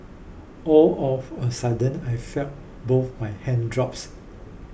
all of a sudden I felt both my hands drops